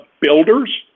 builders